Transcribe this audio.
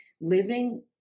living